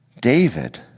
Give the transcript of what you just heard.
David